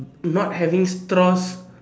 not having straws